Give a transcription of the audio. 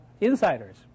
insiders